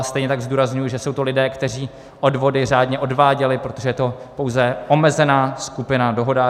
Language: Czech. Stejně tak zdůrazňuji, že jsou to lidé, kteří odvody řádně odváděli, protože je to pouze omezená skupina dohodářů.